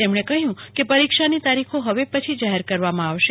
તેમણે કહ્યું કે પરિક્ષાની તારીખો હવે પછી જાહેર કરવામાં આવશે